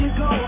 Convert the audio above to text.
go